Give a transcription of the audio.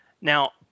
Now